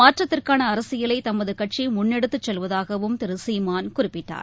மாற்றத்திற்கான அரசியலை தமது கட்சி முன்னெடுத்துச் செல்வதாகவும் திரு சீமான் குறிப்பிட்டார்